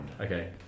okay